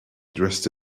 dressed